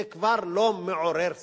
זה כבר לא מעורר סערה.